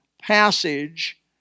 passage